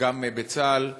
וגם בצה"ל.